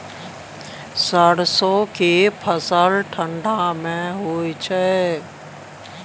सरसो के फसल ठंडा मे होय छै?